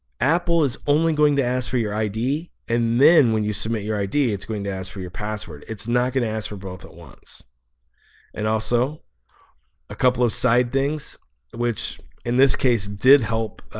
apple is only going to, ask for your, id and then when you submit your id it's going to? ask, for your, password it's not gonna, ask for both at once and also a couple of side things which in this case, did help,